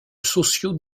sociaux